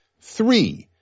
Three